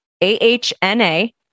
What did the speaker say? A-H-N-A